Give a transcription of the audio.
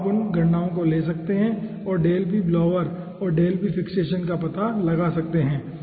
तो आप उन गणनाओं को ले सकते हैं और और का पता लगा सकते हैं